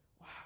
wow